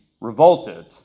revolted